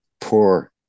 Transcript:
poor